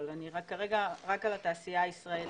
אבל כרגע רק על התעשייה הישראלית,